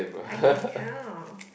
I can count